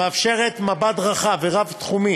המאפשרת מבט רחב ורב-תחומי